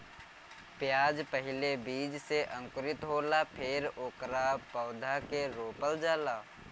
प्याज पहिले बीज से अंकुरित होला फेर ओकरा पौधा के रोपल जाला